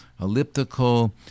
elliptical